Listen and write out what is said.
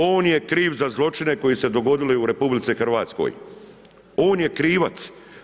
On je kriv za zločine koji su se dogodili u RH, on je krivac.